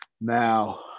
now